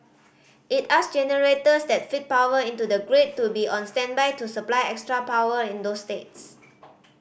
it asked generators that feed power into the grid to be on standby to supply extra power in those states